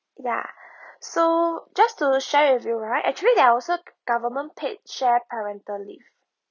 ya so just to share with you right actually there're also government paid share parental leave